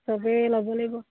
চবেই ল'ব লাগিব